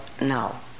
now